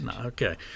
Okay